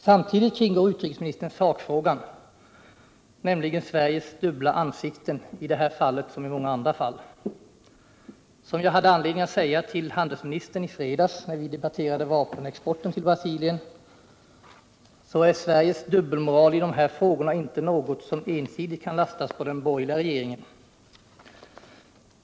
Samtidigt kringgår utrikesministern sakfrågan, nämligen Sveriges dubbla ansikten — i detta fall som i många andra. Som jag hade anledning att säga till handelsministern i fredags, när vi debatterade vapenexporten till Brasilien, är Sveriges dubbelmoral i dessa frågor inte något som man ensidigt kan lasta den borgerliga regeringen för.